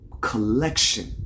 collection